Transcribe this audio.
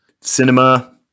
Cinema